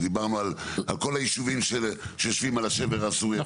דיברנו על כל הישובים שיושבים על השבר הסורי אפריקאי.